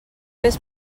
fes